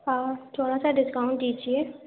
ہاں تھوڑا سا ڈسکاؤنٹ دیجیے